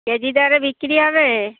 KG দরে বিক্রি হবে